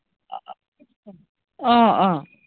অঁ অঁ